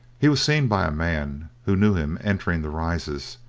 he was seen by a man who knew him entering the rises,